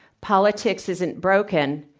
politics isn't broken,